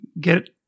get